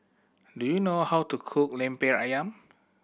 do you know how to cook Lemper Ayam